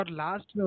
last